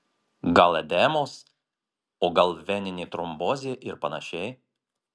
gal edemos o gal veninė trombozė ir panašiai